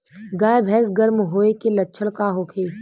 गाय भैंस गर्म होय के लक्षण का होखे?